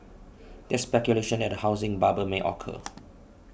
there is speculation that a housing bubble may occur